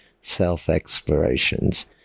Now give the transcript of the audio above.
self-explorations